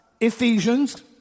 Ephesians